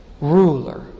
ruler